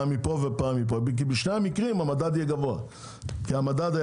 כי בשני המקרים המדד יהיה גבוה; המדד היה